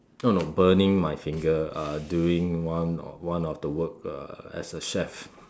no no burning my finger uh during one of one of the work uh as a chef